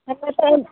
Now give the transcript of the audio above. ହେଲେ